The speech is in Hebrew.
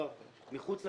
מחוץ לצבא,